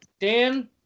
Dan